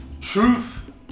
Truth